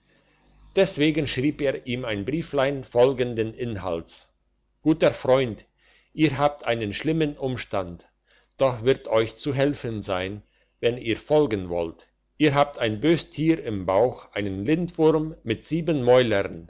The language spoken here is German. deswegen schrieb er ihm ein brieflein folgenden inhalts guter freund ihr habt einen schlimmen umstand doch wird euch zu helfen sein wenn ihr folgen wollt ihr habt ein böses tier im bauch einen lindwurm mit sieben mäulern